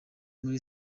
muri